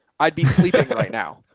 i'd be sleeping right now.